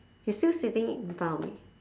he's still sitting in front of me